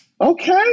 Okay